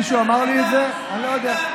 מישהו אמר לי את זה, אני לא יודע.